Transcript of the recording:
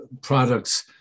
products